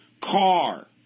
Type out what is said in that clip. car